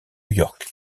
york